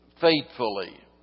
faithfully